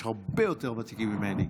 ויש הרבה יותר ותיקים ממני: